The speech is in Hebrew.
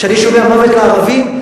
כשאני שומע "מוות לערבים",